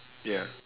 ya